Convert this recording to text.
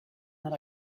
not